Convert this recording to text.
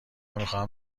میخواهم